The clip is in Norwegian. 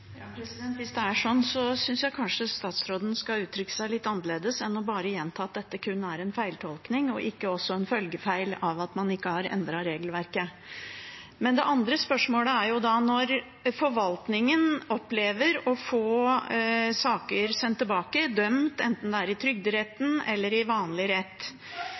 Hvis det er slik, synes jeg kanskje at statsråden skulle ha uttrykt seg litt annerledes enn bare å gjenta at dette kun er en feiltolkning og ikke en følgefeil av at man ikke har endret regelverket. Det andre spørsmålet er: Når forvaltningen opplever å få saker sendt tilbake, med dom, enten det er fra Trygderetten eller vanlig rett,